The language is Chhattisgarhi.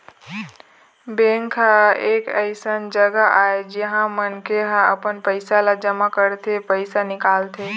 बेंक ह एक अइसन जघा आय जिहाँ मनखे ह अपन पइसा ल जमा करथे, पइसा निकालथे